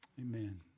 Amen